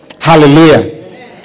Hallelujah